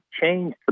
change